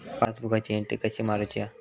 पासबुकाची एन्ट्री कशी मारुची हा?